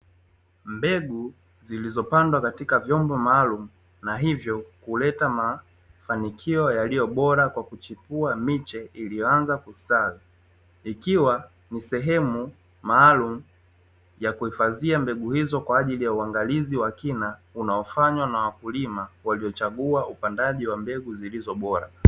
Mbegu zilizopandwa katika vyombo maalumu na hivyo huleta mafanikio yaliyo bora kwa kuchipua miche iliyoanza kustawi, ikiwa ni sehemu maalumu ya kuhifadhia mbegu hizo kwa ajili ya uangalizi wa kina unaofanywa na wakulima waliochagua upandaji wa mbegu zilizo bora.